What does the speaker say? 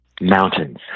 Mountains